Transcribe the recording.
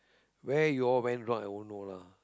where you all went wrong I won't know lah